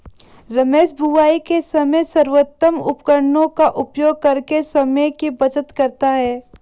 रमेश बुवाई के समय सर्वोत्तम उपकरणों का उपयोग करके समय की बचत करता है